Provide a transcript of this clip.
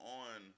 on